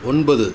ஒன்பது